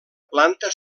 planta